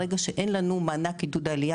ברגע שאין לנו מענק עידוד עלייה,